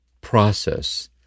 process